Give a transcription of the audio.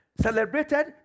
Celebrated